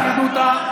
לשרידותה,